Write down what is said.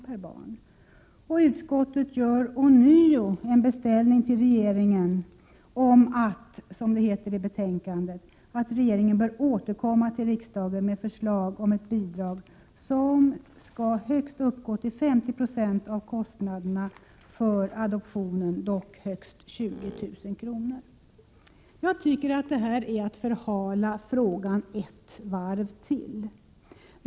per barn, och utskottet gör ånyo en beställning till regeringen om att, som det heter i betänkandet, återkomma till riksdagen med förslag om ett bidrag som skall uppgå till 50 96 av kostnaderna för adoptionen, dock högst 20 000 kr. Jag tycker att det är att förhala frågan ett varv till.